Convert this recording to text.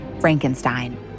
Frankenstein